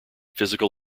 physical